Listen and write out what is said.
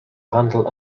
handle